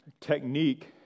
technique